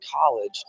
college